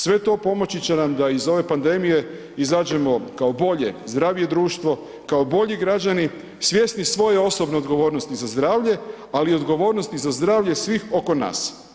Sve to pomoći će nam da iz ove pandemije izađemo kao bolje, zdravije društvo, kao bolji građani svjesni svoje osobne odgovornosti za zdravlje ali i odgovornosti za zdravlje svih oko nas.